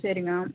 சரிங்க